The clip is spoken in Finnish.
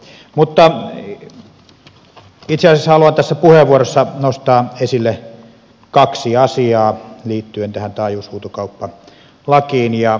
itse asiassa haluan tässä puheenvuorossa nostaa esille kaksi asiaa liittyen tähän taajuushuutokauppalakiin